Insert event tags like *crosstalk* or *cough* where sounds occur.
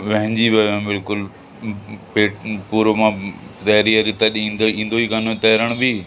वहिजी वियो हुअमि बिल्कुलु पे पूरो मां *unintelligible* तॾहिं ईंदो ई कान हुओ तरण बि